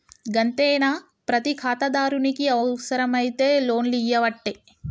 గంతేనా, ప్రతి ఖాతాదారునికి అవుసరమైతే లోన్లియ్యవట్టే